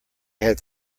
had